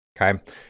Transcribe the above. Okay